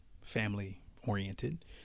family-oriented